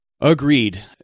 Agreed